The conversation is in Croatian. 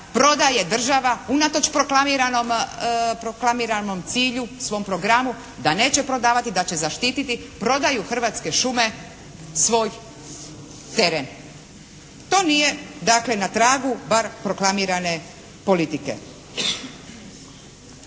prodaje država unatoč proklamiranom cilju, svom programu da neće prodavati, da će zaštiti prodaju Hrvatske šume svoj teren. To nije dakle na tragu bar proklamirane politike.